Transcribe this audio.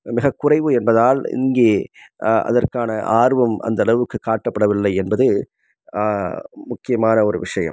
மிகக் குறைவு என்பதால் இங்கே அதற்கான ஆர்வம் அந்த அளவுக்கு காட்டப்படவில்லை என்பது முக்கியமான ஒரு விஷயம்